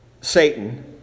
Satan